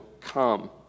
come